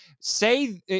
say